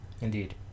Indeed